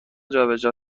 جابجا